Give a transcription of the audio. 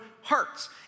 hearts